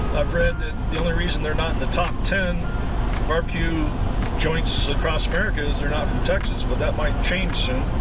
i've read that the only reason they're not in the top ten barbecue joints across america is they're not from texas. well that might change soon.